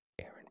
Aaron